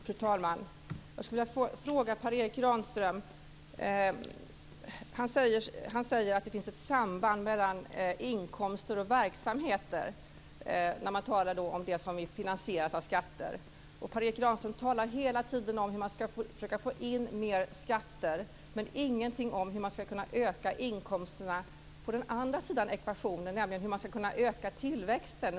Fru talman! Jag vill ställa en fråga till Per Erik Granström. Han säger att det finns ett samband mellan inkomster och verksamheter när det gäller det som finansieras av skatter. Per Erik Granström talar hela tiden om att man måste få in mer skattemedel. Men han säger ingenting om hur man ska kunna öka inkomsterna på den andra sidan ekvationen, nämligen hur man ska kunna öka tillväxten.